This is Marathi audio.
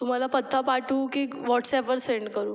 तुम्हाला पत्ता पाठवू की वॉट्सॲपवर सेंड करू